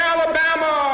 Alabama